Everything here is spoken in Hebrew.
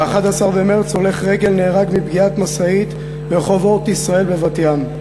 ב-11 במרס הולך רגל נהרג מפגיעת משאית ברחוב אורט ישראל בבת-ים.